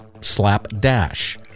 Slapdash